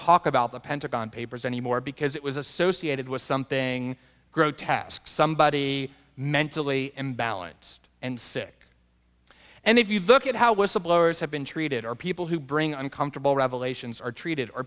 talk about the pentagon papers anymore because it was associated with something grotesque somebody's mentally imbalanced and sick and if you look at how whistleblowers have been treated are people who bring uncomfortable revelations are treated or